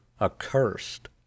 accursed